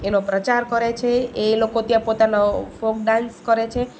એનો પ્રચાર કરે છે એ લોકો ત્યાં પોતાના ફોક ડાન્સ કરે છે